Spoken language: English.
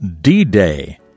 D-Day